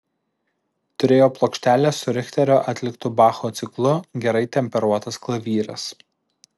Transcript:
turėjo plokštelę su richterio atliktu bacho ciklu gerai temperuotas klavyras